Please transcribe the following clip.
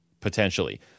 Potentially